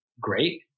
great